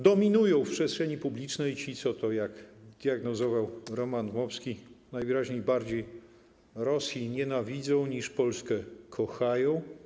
Dominują w przestrzeni publicznej ci, co to, jak diagnozował Roman Dmowski, najwyraźniej bardziej Rosji nienawidzą, niż Polskę kochają.